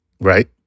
right